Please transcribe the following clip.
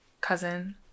cousin